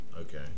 Okay